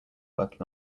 working